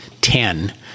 ten